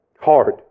Hard